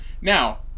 Now